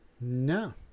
No